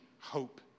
hope